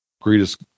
greatest